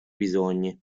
bisogni